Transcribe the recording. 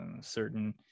certain